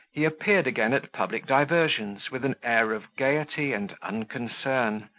he appeared again at public diversions with an air of gaiety and unconcern,